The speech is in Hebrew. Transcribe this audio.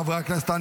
חברי הכנסת,